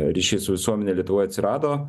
ryšiai su visuomene lietuvoj atsirado